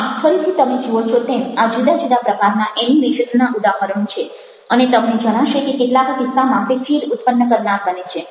આમ ફરીથી તમે જુઓ છો તેમ આ જુદા જુદા પ્રકારના એનિમેશનના ઉદાહરણો છે અને તમને જણાશે કે કેટલાક કિસ્સામાં તે ચીડ ઉત્પન્ન કરનાર બને છે